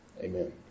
Amen